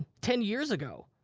ten years ago.